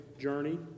journey